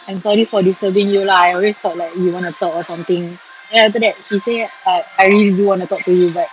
I'm sorry for disturbing you lah I always thought like you want to talk or something then after that he say uh I really do want to talk to you but